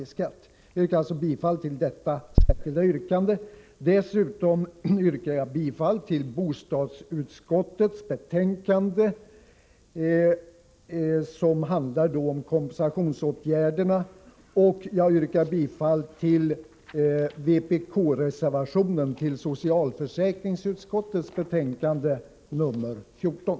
Vårt särskilda yrkande har följande lydelse: Jag yrkar, som sagt, bifall till detta särskilda yrkande. Dessutom yrkar jag bifall till hemställan i bostadsutskottets betänkande nr 9 vad gäller kompensationsåtgärder i detta sammanhang och till vpk-reservationen vid socialförsäkringsutskottets betänkande nr 14.